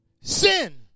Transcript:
Sin